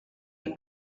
est